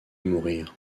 mourir